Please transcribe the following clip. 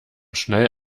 schnell